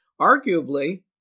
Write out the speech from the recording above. Arguably